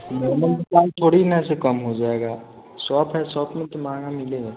कम थोड़ी ना ऐसे कम हो जाएगा सौंफ है सौंफ भी तो महँगा मिलेगा